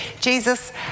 Jesus